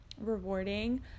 rewarding